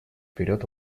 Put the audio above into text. вперед